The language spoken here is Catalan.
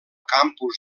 campus